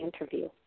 interview